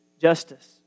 justice